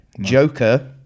Joker